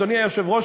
אדוני היושב-ראש,